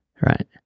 Right